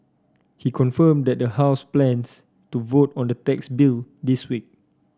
he confirmed that the house plans to vote on the tax bill this week